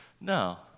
No